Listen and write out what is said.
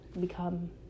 become